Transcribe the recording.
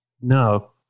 No